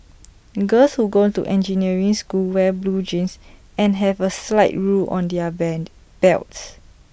girls who go to engineering school wear blue jeans and have A slide rule on their Band belts